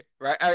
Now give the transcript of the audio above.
right